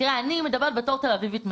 תראה, אני מדברת בתור תל אביבית מצויה,